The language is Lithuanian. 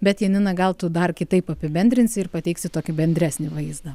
bet janina gal tu dar kitaip apibendrinsi ir pateiksi tokį bendresnį vaizdą